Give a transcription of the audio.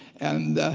and